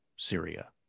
syria